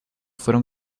fueron